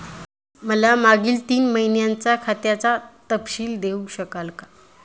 मला मागील तीन महिन्यांचा खात्याचा तपशील देऊ शकाल का?